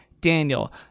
Daniel